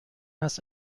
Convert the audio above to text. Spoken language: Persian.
است